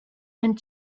and